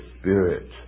spirit